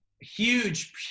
huge